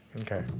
Okay